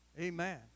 Amen